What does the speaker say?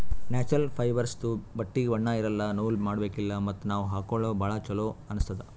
natural ಫೈಬರ್ಸ್ದು ಬಟ್ಟಿಗ್ ಬಣ್ಣಾ ಇರಲ್ಲ ನೂಲ್ ಮಾಡಬೇಕಿಲ್ಲ ಮತ್ತ್ ನಾವ್ ಹಾಕೊಳ್ಕ ಭಾಳ್ ಚೊಲೋ ಅನ್ನಸ್ತದ್